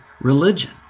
religion